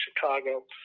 Chicago